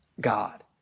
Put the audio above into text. God